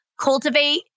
cultivate